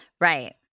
Right